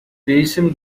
değişim